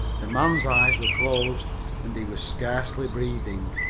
the man's eyes were closed and he was scarcely breathing.